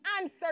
answer